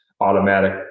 automatic